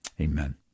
Amen